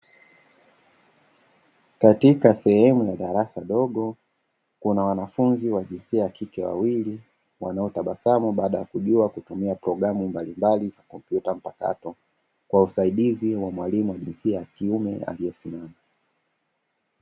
Katika sehemu ya darasa dogo, kuna wanafunzi wa jinsia ya kike wawili, wanaotabasamu baada ya kujua kutumia programu mbalimbali za kompyuta mpakato, kwa usaidizi wa mwalimu wa jinsia ya kiume aliyesimama.